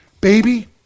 baby